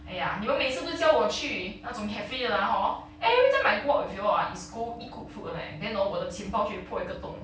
!aiya! 你们每次都叫我去那种 cafe 的 lah hor every time I go out with you all ah is go eat good food [one] leh then orh 我的钱包就会破一个洞